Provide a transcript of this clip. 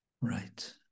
Right